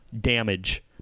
damage